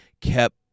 kept